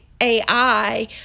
AI